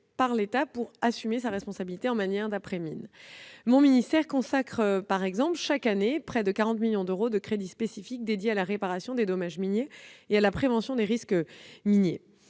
l'État pour assumer sa responsabilité en matière d'après-mine. Ainsi, mon ministère consacre chaque année près de 40 millions d'euros de crédits spécifiques à la réparation des dommages miniers et à la prévention des risques en